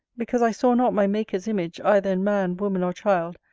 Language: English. because i saw not my maker's image, either in man, woman, or child,